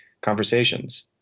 conversations